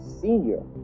senior